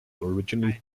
originally